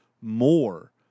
more